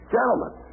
Gentlemen